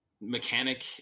mechanic